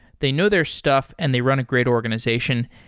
they know their stuff and they run a great organization.